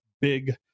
big